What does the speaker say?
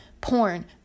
Porn